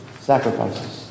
sacrifices